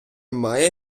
має